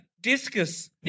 Discus